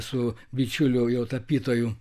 su bičiuliu jau tapytoju